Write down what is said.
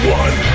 one